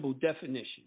definition